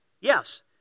Yes